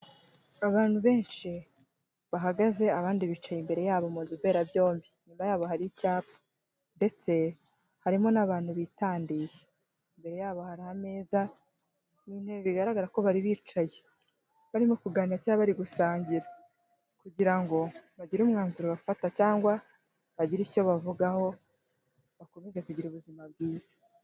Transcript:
Abantu benshi bahagaze abandi bicaye imbere yabo mu nzu mbera byombi, inyuma yabo hari icyapa ndetse harimo n'abantu bitandiye, mbere yabo hari ameza n'intebe bigaragara ko bari bicaye barimo kuganira cyangwa bari gusangira kugira ngo bagire umwanzuro bafata cyangwa bagire icyo bavugaho bakomeze kugira ubuzima bwiza.